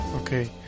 okay